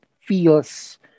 feels